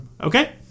okay